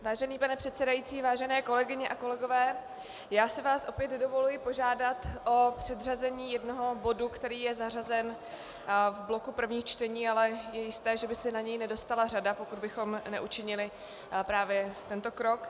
Vážený pane předsedající, vážené kolegyně a kolegové, já si vás opět dovoluji požádat o předřazení jednoho bodu, který je zařazen v bloku prvních čtení, ale je jisté, že by se nedostal na řadu, pokud bychom neučinili právě tento krok.